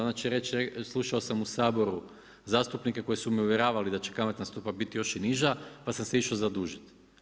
Onda će reći slušao sam u Saboru zastupnike koji su me uvjeravali da će kamatna stopa biti još i niža, pa sam se išao zadužiti.